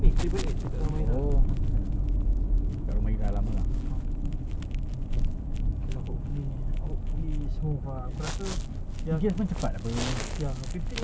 if they rasa aku takut-takut petang ni dia orang dah habis semua bro they will be punctual at four thirty kalau dia orang punctual four thirty aku lambat mampus sia at least kalau dia orang